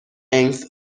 eighth